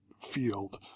field